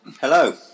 Hello